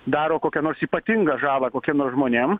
daro kokią nors ypatingą žalą kokiem nors žmonėm